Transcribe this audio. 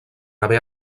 haver